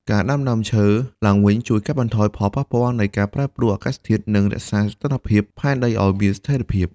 ការដាំដើមឈើឡើងវិញជួយកាត់បន្ថយផលប៉ះពាល់នៃការប្រែប្រួលអាកាសធាតុ និងរក្សាសីតុណ្ហភាពផែនដីឱ្យមានស្ថិរភាព។